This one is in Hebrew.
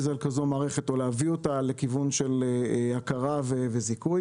על כזו מערכת או להביא אותה לכיוון של הכרה וזיכוי,